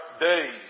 days